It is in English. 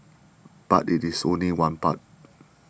but it is only one part